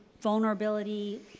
vulnerability